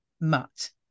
Mutt